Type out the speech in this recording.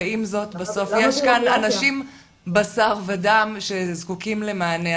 ועם זאת בסוף יש כאן אנשים בשר ודם שזקוקים למענה,